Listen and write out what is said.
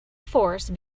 force